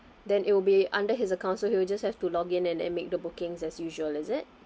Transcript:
then it will be under his account so he will just have to log in and make the bookings as usual is it